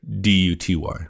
D-U-T-Y